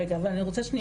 רגע אבל אני רוצה שניה.